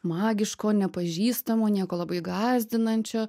magiško nepažįstamo nieko labai gąsdinančio